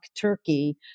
turkey